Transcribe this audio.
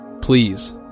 Please